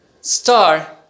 star